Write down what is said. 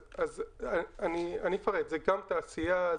אז אני אפרט: זה גם תעשייה,